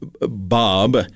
Bob